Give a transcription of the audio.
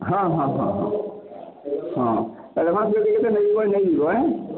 ହଁ ହଁ ହଁ ହଁ ହଁ ଏଡ଼ଭାନ୍ସ ଯଦି କିଛି ନେବ ବେଲେ ନେଇଯିବ ହାଏଁ